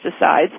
pesticides